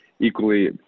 equally